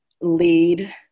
lead